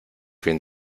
fin